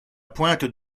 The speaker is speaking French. pointe